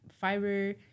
fiber